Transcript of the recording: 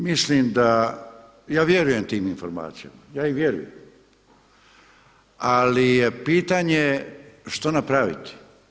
Mislim da, ja vjerujem tim informacijama, ja im vjerujem ali je pitanje što napraviti.